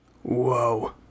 Whoa